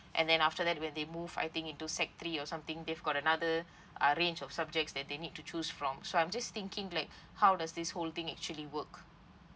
and then after that when they move I think into sec three or something they've got another uh range of subjects that they need to choose from so I'm just thinking like how does this whole thing actually work